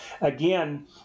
again